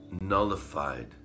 nullified